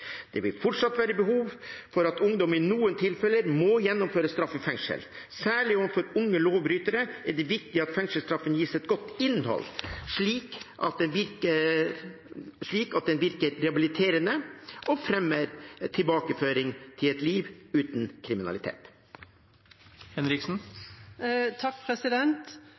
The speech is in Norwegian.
Det vil fortsatt være behov for at ungdom i noen tilfeller må gjennomføre straff i fengsel. Særlig overfor unge lovbrytere er det viktig at fengselsstraffen gis et godt innhold, slik at den virker rehabiliterende og fremmer tilbakeføring til et liv uten